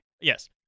yes